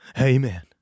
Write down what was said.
Amen